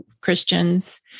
Christians